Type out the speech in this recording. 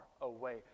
away